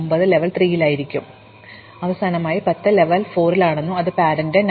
അവസാനമായി 10 ലെവൽ 4 ലെതാണെന്നും അത് പാരന്റ് 9 ആണെന്നും ഞങ്ങൾ കണ്ടെത്തും